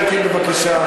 השר אלקין, בבקשה.